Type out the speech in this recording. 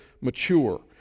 mature